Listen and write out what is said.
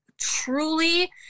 truly